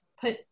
put